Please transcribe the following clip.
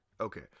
Okay